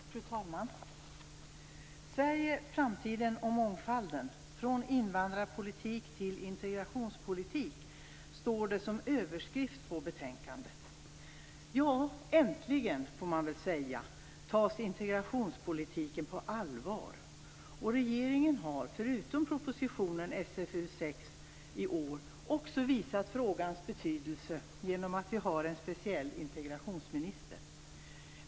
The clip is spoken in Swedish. Fru talman! Sverige, framtiden och mångfalden - från invandrarpolitik till integrationspolitik, står det som överskrift på betänkandet. Äntligen, får man väl säga, tas integrationspolitiken på allvar. Regeringen har, förutom propositionen, i år också visat frågans betydelse genom att vi har en speciell integrationsminister.